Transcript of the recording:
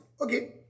Okay